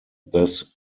this